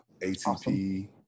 ATP